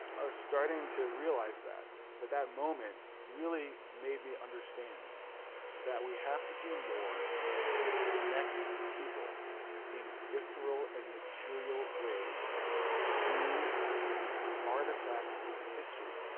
i was starting to realize that. but that moment really made me understand that we have to do more to connect people in visceral and material ways to the artifacts of history.